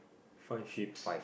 five heaps